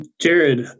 Jared